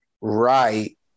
right